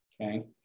okay